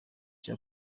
cya